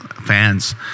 fans